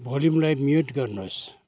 भोल्युमलाई mute गर्नुहोस्